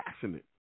passionate